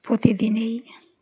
প্রতিদিনই